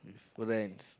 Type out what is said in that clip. friends